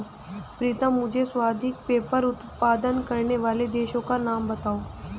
प्रीतम मुझे सर्वाधिक पेपर उत्पादन करने वाले देशों का नाम बताओ?